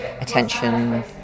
attention